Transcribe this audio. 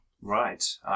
Right